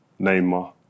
Neymar